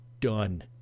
done